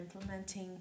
implementing